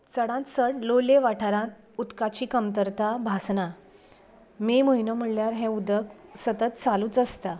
चडान चड लोलये वाठारांत उदकाची कमतरताय भासना मे म्हयनो म्हणल्यार हें उदक सतत चालूच आसता